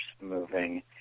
moving